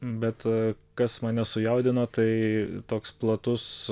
bet kas mane sujaudino tai toks platus